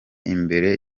imbere